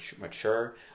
mature